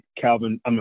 Calvin